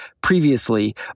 previously